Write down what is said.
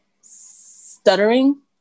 stuttering